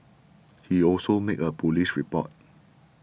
he also made a police report